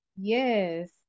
yes